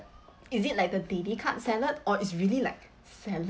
is it like the daily cut salad or it's really like salad